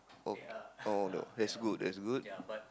oh oh no that is good that is good